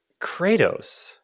Kratos